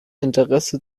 interesse